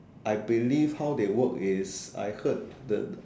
I believe how they work is I heard the